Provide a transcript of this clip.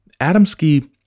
Adamski